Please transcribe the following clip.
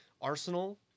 Arsenal